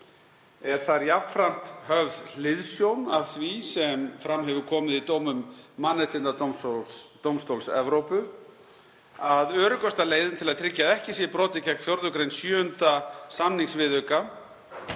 Er þar jafnframt höfð hliðsjón af því sem fram hefur komið í dómum Mannréttindadómstóls Evrópu að öruggasta leiðin til að tryggja að ekki sé brotið gegn 4. gr. samningsviðauka